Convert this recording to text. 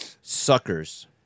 suckers